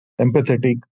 empathetic